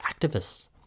activists